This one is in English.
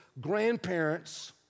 Grandparents